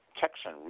Texan